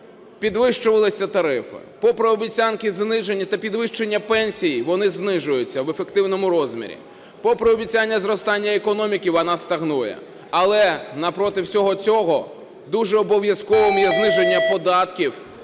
підвищувалися тарифи, попри обіцянки зниження та підвищення пенсій, вони знижуються в ефективному розмірі, попри обіцяння зростання економіки, вона стагнує. Але напроти всього цього дуже обов'язковим є зниження податків